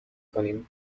کنیم